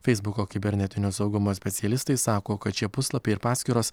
feisbuko kibernetinio saugumo specialistai sako kad šie puslapiai ir paskyros